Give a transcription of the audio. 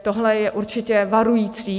Tohle je určitě varující.